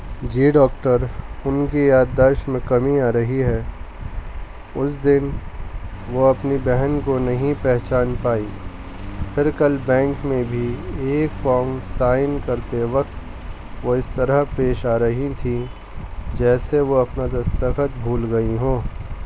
جی doctor ان کی یاد داشت میں کمی آ رہی ہے اس دن وہ اپنی بہن کو نہیں پہچان پائی پھر کل بینک میں بھی ایک فام سائن کرتے وقت وہ اس طرح پیش آ رہی تھیں جیسے وہ اپنا دستخط بھول گئی ہوں